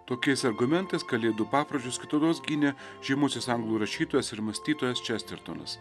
tokiais argumentais kalėdų papročius kitados gynė žymusis anglų rašytojas ir mąstytojas čestertonas